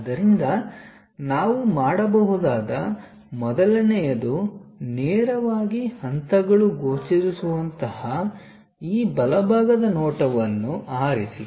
ಆದ್ದರಿಂದ ನಾವು ಮಾಡಬಹುದಾದ ಮೊದಲನೆಯದು ನೇರವಾಗಿ ಹಂತಗಳು ಗೋಚರಿಸುವಂತಹ ಈ ಬಲಭಾಗದ ನೋಟವನ್ನು ಆರಿಸಿ